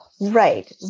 Right